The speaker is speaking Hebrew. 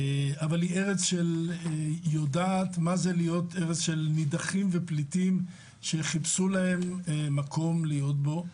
אבל היא ארץ שיודעת מה זה להיות נדחים ופליטים שחיפשו מקום להיות בו,